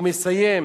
והוא מסיים: